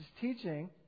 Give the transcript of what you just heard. teaching